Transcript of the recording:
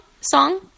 song